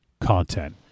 content